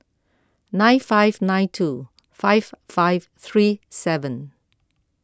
nine five nine two five five three seven